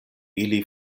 ili